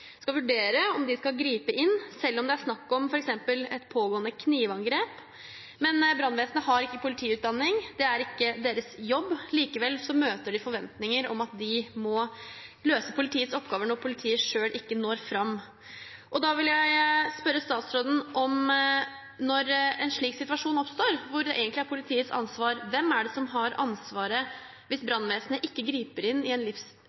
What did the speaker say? skal vurdere om de skal gripe inn – selv om det er snakk om f.eks. et pågående knivangrep. Men brannvesenet har ikke politiutdanning. Det er ikke deres jobb. Likevel møter de forventninger om at de må løse politiets oppgaver når politiet selv ikke når fram. Da vil jeg spørre statsråden om hvor politiets ansvar egentlig er når en slik situasjon oppstår. Hvem har ansvaret hvis brannvesenet ikke griper inn i en